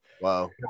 wow